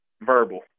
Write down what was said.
verbal